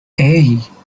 hey